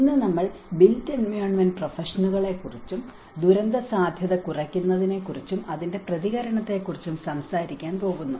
ഇന്ന് നമ്മൾ built environment പ്രൊഫഷനുകളെക്കുറിച്ചും ദുരന്തസാധ്യത കുറയ്ക്കുന്നതിനെക്കുറിച്ചും അതിന്റെ പ്രതികരണത്തെക്കുറിച്ചും സംസാരിക്കാൻ പോകുന്നു